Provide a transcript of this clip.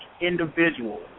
individual